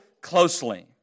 closely